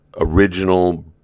original